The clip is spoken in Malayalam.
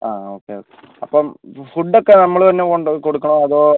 ആ ഓക്കെ ഓക്കെ അപ്പം ഫുഡ് ഒക്കെ നമ്മൾ തന്നെ കൊണ്ടുകൊടുക്കണോ അതോ